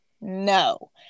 No